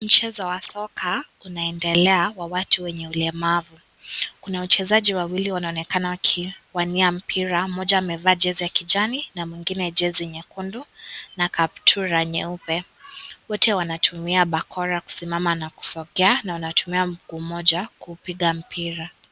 Mchezo wa soka unaendelea wa watu walemavu. Kuna wachezaji wawili wanaonekana wakiwania mpira , mmoja amevaa jezi ya kijani, na mwingine jezi nyekundu, na kaptura nyeupe. Wote wanatumia bakora na kusimama na kusogea na wanatumia mguu mmoja kugongwa mpira.